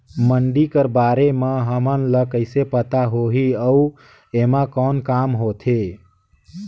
मंडी कर बारे म हमन ला कइसे पता होही अउ एमा कौन काम होथे?